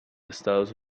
estados